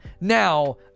now